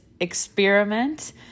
experiment